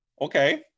okay